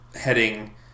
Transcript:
heading